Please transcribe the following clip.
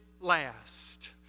last